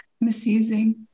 misusing